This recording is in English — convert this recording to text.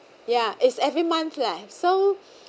ya it's every month leh so